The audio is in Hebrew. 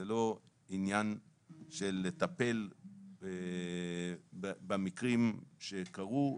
זה לא עניין של לטפל במקרים שקרו,